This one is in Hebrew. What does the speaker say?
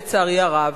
לצערי הרב.